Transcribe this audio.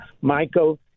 Michael